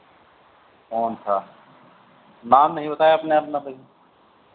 phone था नाम नहीं बताया आपने अपना भाई